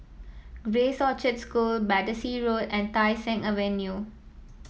Grace Orchard School Battersea Road and Tai Seng Avenue